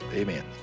amen!